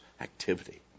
activity